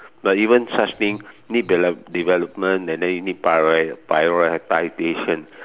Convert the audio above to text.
like even such thing need deve~ development and then you need priori~ prioritisation